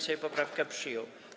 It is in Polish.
Sejm poprawkę przyjął.